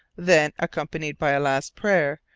then, accompanied by a last prayer,